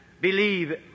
Believe